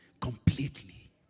completely